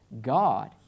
God